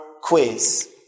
quiz